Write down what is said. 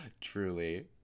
Truly